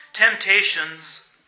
Temptations